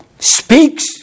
Speaks